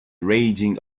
raging